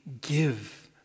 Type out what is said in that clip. give